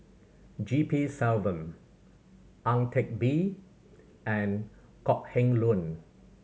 G P Selvam Ang Teck Bee and Kok Heng Leun